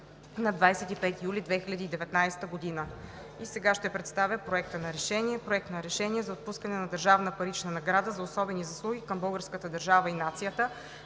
на 25 юли 2019 г.“ Сега ще представя Проекта на решение: „Проект! РЕШЕНИЕ за отпускане на държавна парична награда за особени заслуги към българската държава и нацията